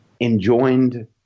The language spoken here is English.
enjoined